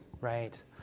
Right